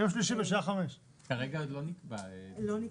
יום שלישי בשעה 17:00. לא נקבע דיון,